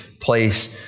place